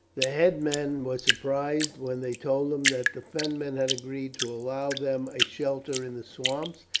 the headman was surprised when they told him that the fenmen had agreed to allow them a shelter in the swamps,